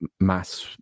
Mass